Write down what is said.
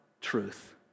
truth